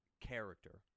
character